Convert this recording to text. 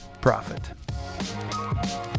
profit